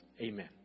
Amen